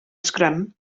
sgrym